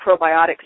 probiotics